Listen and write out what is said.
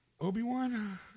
Obi-Wan